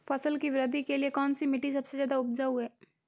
फसल की वृद्धि के लिए कौनसी मिट्टी सबसे ज्यादा उपजाऊ है?